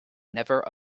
never